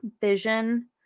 Vision